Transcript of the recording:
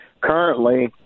currently